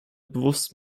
bewusst